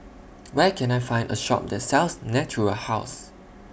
Where Can I Find A Shop that sells Natura House